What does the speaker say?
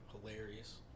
hilarious